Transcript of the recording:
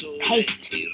paste